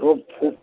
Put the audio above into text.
তো